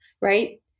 right